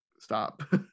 stop